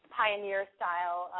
pioneer-style